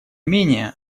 менее